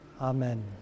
Amen